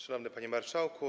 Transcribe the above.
Szanowny Panie Marszałku!